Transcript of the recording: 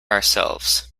ourselves